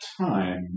time